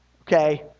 okay